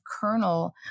kernel